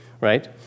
right